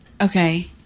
okay